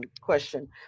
question